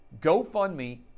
GoFundMe